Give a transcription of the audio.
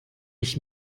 ich